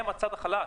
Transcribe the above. אבל הם הצד החלש.